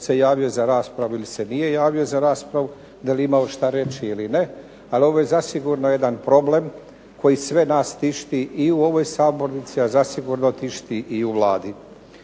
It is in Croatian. se javio za raspravu ili se nije javio za raspravu. Da li je imao što reći ili ne, ali ovo je zasigurno jedan problem koji sve nas tišti i u ovoj sabornici, a zasigurno tišti i u Vladi.